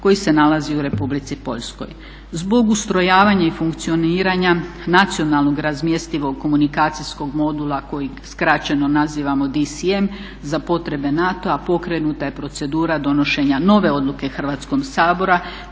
koji se nalazi u Republici Poljskoj. Zbog ustrojavanja i funkcioniranja nacionalnog razmjestivog komunikacijskog modula koji skraćeno nazivamo DSI-em za potrebe NATO-a pokrenuta je procedura donošenja nove odluke Hrvatskog sabora